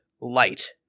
light